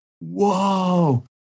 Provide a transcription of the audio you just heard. Whoa